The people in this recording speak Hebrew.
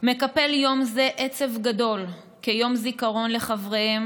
גיסא מקפל יום זה עצב גדול כיום זיכרון לחבריהם